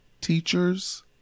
teachers